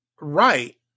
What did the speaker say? right